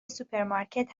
سوپرمارکت